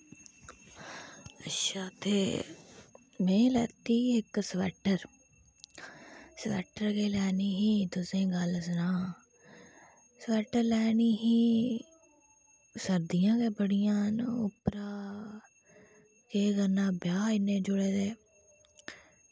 अच्छा ते में लैती ही इक्क स्वेटर स्वेटर केह् लैनी ही तुसें गी गल्ल केह् सनांऽ स्वेटर लैनी ही सर्दियां गै बड़ियां न उप्परा केह् करना ब्याह् इन्ने जुड़े दे